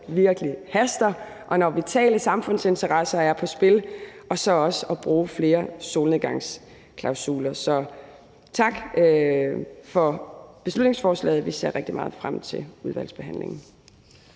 virkelig haster, og når vitale samfundsinteresser er på spil, og så også at bruge flere solnedgangsklausuler. Så tak for beslutningsforslaget. Vi ser rigtig meget frem til udvalgsbehandlingen.